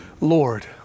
Lord